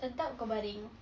sedap kau baring